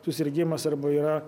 susirgimas arba yra